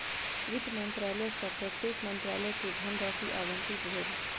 वित्त मंत्रालय सॅ प्रत्येक मंत्रालय के धनराशि आवंटित भेल